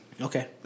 Okay